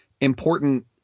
important